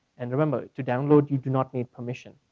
and remember, to download you do not need permission.